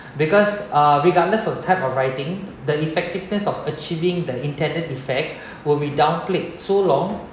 because uh regardless of type of writing the effectiveness of achieving the intended effect will be downplayed so long